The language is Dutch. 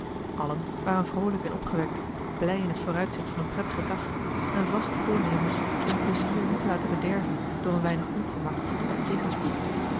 allen waren vroolijk en opgewekt blij in t vooruitzicht van een prettigen dag en vast voornemens hun pleizier niet te laten bederven door een weinig ongemak of tegenspoed